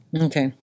Okay